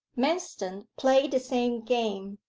manston played the same game,